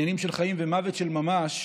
עניינים של חיים ומוות של ממש,